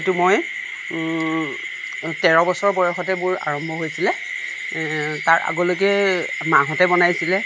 সেইটো মই তেৰ বছৰ বয়সতে মোৰ আৰম্ভ হৈছিলে তাৰ আগলৈকে মাহঁতে বনাইছিলে